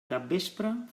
capvespre